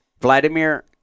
Vladimir